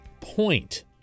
point